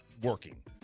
working